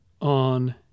on